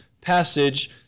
passage